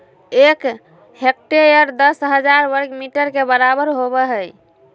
एक हेक्टेयर दस हजार वर्ग मीटर के बराबर होबो हइ